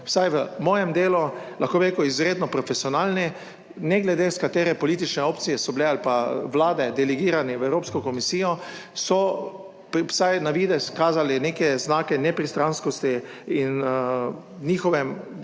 vsaj v mojem delu, lahko bi rekel, izredno profesionalni, ne glede iz katere politične opcije so bile ali pa vlade delegirani v Evropsko komisijo so vsaj na videz kazali neke znake nepristranskosti in v njihovem